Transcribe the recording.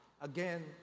Again